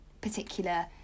particular